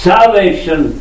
Salvation